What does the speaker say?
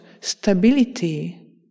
stability